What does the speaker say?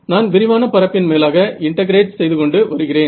நான் விரிவான பரப்பின் மேலாக இன்டெகிரேட் செய்து கொண்டு வருகிறேன்